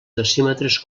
decímetres